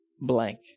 blank